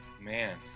man